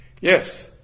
yes